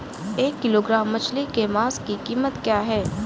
एक किलोग्राम मछली के मांस की कीमत क्या है?